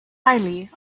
highly